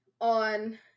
on